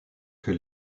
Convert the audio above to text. que